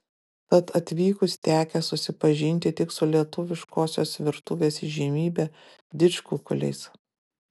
tad atvykus tekę susipažinti tik su lietuviškosios virtuvės įžymybe didžkukuliais